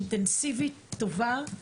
אינטנסיבית טובה,